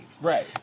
right